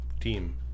team